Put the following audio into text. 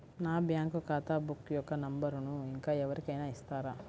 నా బ్యాంక్ ఖాతా బుక్ యొక్క నంబరును ఇంకా ఎవరి కైనా ఇస్తారా?